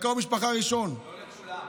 לכולם.